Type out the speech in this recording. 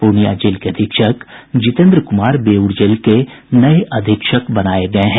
Purnia jail के अधीक्षक Jitendra Kumar Beur jail के नये अधीक्षक बनाये गये हैं